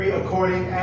according